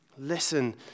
Listen